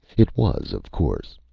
it was, of course.